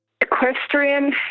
Equestrian